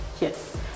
yes